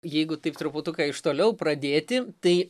jeigu taip truputuką iš toliau pradėti tai